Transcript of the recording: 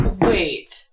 Wait